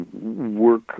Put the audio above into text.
work